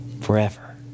forever